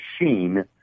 machine